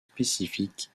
spécifique